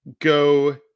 go